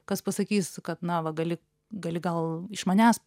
kas pasakys kad na va gali gali gal iš manęs